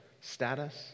status